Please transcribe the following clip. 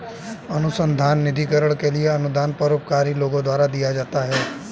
अनुसंधान निधिकरण के लिए अनुदान परोपकारी लोगों द्वारा दिया जाता है